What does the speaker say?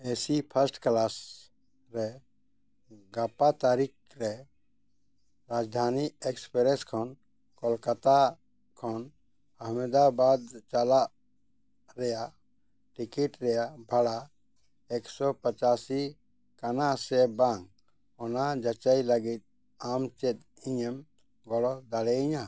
ᱮ C first class ᱨᱮ ᱜᱟᱯᱟ ᱛᱟᱹᱨᱤᱠ ᱨᱮ ᱨᱟᱡᱽᱫᱷᱟᱹᱱᱤ ᱮᱹᱠᱥᱯᱨᱮᱹᱥ ᱠᱷᱚᱱ ᱠᱳᱞᱠᱟᱛᱟ ᱠᱷᱚᱱ ᱟᱢᱮᱫᱟᱵᱟᱫᱽ ᱪᱟᱞᱟᱜ ᱨᱮᱭᱟᱜ ᱴᱤᱠᱤᱴ ᱨᱮᱭᱟᱜ ᱵᱷᱟᱲᱟ ᱮᱠᱥᱚ ᱯᱚᱸᱪᱟᱥᱤ ᱠᱟᱱᱟ ᱥᱮ ᱵᱟᱝ ᱚᱱᱟ ᱡᱟᱪᱟᱭ ᱞᱟᱹᱜᱤᱫ ᱟᱢ ᱪᱮᱫ ᱤᱧᱮᱢ ᱜᱚᱲᱚ ᱫᱟᱲᱮᱭᱮᱧᱟᱹ